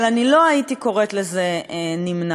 אבל אני לא הייתי קוראת לזה "נמנע".